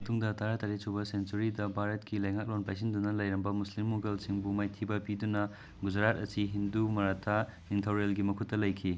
ꯃꯇꯨꯡꯗ ꯇꯔꯥꯇꯔꯦꯠ ꯁꯨꯕ ꯁꯦꯟꯆꯨꯔꯤꯗ ꯚꯥꯔꯠꯀꯤ ꯂꯩꯉꯥꯛꯂꯣꯟ ꯄꯥꯏꯁꯤꯟꯗꯨꯅ ꯂꯩꯔꯝꯕ ꯃꯨꯁꯂꯤꯝ ꯃꯨꯒꯜꯁꯤꯡꯕꯨ ꯃꯥꯏꯊꯤꯕ ꯄꯤꯗꯨꯅ ꯒꯨꯖꯔꯥꯠ ꯑꯁꯤ ꯍꯤꯟꯗꯨ ꯃꯔꯥꯊꯥ ꯅꯤꯡꯊꯧꯔꯦꯜꯒꯤ ꯃꯈꯨꯠꯇ ꯂꯩꯈꯤ